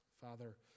Father